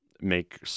make